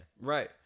Right